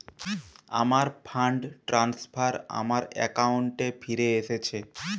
আমার fund transfer আমার অ্যাকাউন্টে ফিরে এসেছে